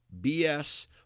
BS